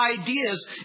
ideas